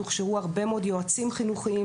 הוכשרו הרבה מאוד יועצים חינוכיים.